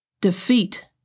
defeat